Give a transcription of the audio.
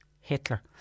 Hitler